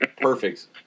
Perfect